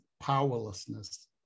powerlessness